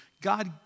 God